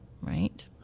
Right